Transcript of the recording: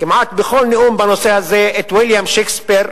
כמעט בכל נאום בנושא הזה, את ויליאם שייקספיר,